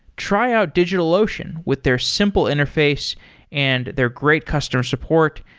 try out digitalocean with their simple interface and their great customer support,